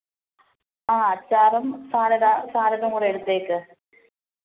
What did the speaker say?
ആ അച്ചാറും സാലഡ് സാലഡും കൂടെ എടുത്തേക്ക്